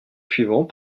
suivant